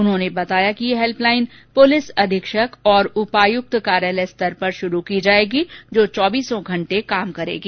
उन्होंने बताया कि ये हल्पलाइन पुलिस अधीक्षक और उपायुक्त कार्यालय स्तर पर शुरू की जायेगी जो चौबीसों घंटे काम करेगी